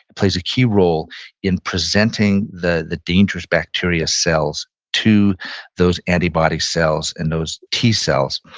plays a key role in presenting the the dangerous bacteria cells to those antibody cells and those t cells